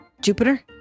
Jupiter